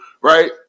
right